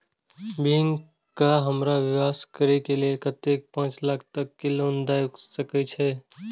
Bank का हमरा व्यवसाय करें के लेल कतेक पाँच लाख तक के लोन दाय सके छे?